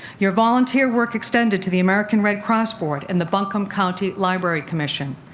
your volunteer work extended to the american red cross board and the buncombe county library commission.